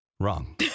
Wrong